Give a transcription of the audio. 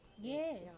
Yes